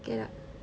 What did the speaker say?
get up